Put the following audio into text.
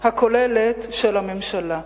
הכוללת של הממשלה.